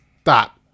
stop